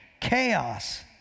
chaos